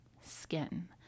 skin